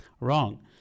wrong